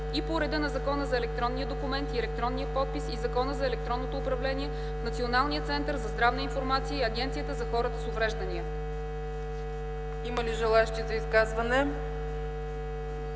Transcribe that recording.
Има ли желаещи за изказване?